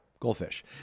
Goldfish